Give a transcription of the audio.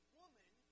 woman